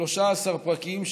13 פרקים,